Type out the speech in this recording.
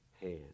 hand